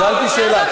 שאלתי שאלה,